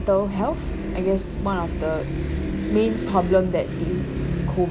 health I guess one of the main problem that it is COVID